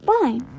Fine